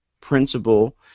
Principle